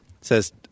says